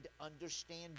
understand